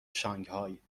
شانگهای